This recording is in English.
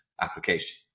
application